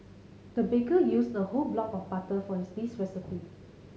the baker used the whole block of butter for his this recipe